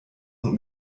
und